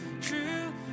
true